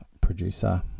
producer